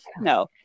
no